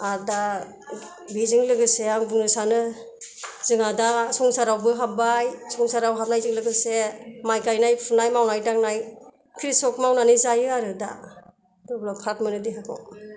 आरो दा बेजों लोगोसे आं बुंनो सानो जोंहा दा संसारावबो हाब्बाय संसाराव हाबनायजों लोगोसे माइ गाइनाय फुनाय मावनाय दांनाय कृसक मावनानै जायो आरो दा अब्ला फ्राद मोनो देहाखौ